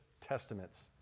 testaments